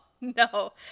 no